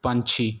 ਪੰਛੀ